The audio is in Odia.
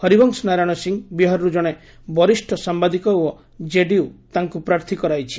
ହରିବଂଶ ନାରାୟଣ ସିଂ ବିହାରରୁ କଣେ ବରିଷ୍ଠ ସାମ୍ଘାଦିକ ଓ କେଡିୟୁ ତାଙ୍କୁ ପ୍ରାର୍ଥୀ କରାଇଛି